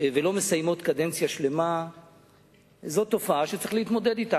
ולא מסיימות קדנציה שלמה זו תופעה שצריך להתמודד אתה.